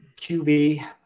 QB